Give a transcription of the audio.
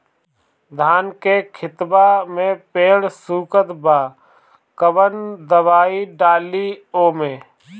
धान के खेतवा मे पेड़ सुखत बा कवन दवाई डाली ओमे?